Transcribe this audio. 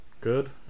good